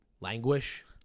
Languish